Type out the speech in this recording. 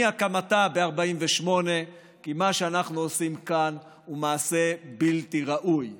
מהקמתה ב-48'; כי מה שאנחנו עושים כאן הוא מעשה בלתי ראוי.